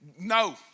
no